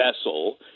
vessel